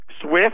Swift